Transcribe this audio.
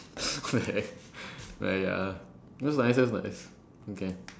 what the heck but those what okay